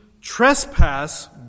trespass